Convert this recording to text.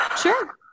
Sure